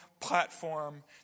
platform